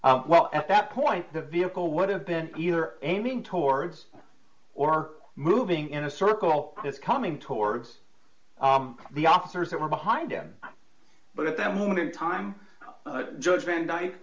well at that point the vehicle would have been either aiming towards or moving in a circle is coming towards the officers that were behind him but at that moment in time judge van dyke